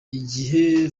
igihe